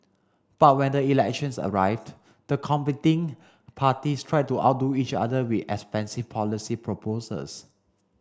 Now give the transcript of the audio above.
but when the elections arrived the competing parties tried to outdo each other with expensive policy proposals